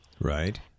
Right